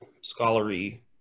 scholarly